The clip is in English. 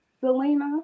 Selena